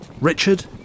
Richard